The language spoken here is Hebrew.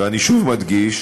ואני שוב מדגיש,